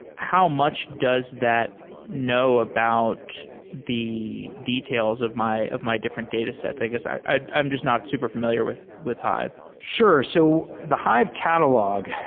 how much does that know about the details of my of my different datasets? i guess i'm just not super familiar with with hive. sure. so the hive catalog,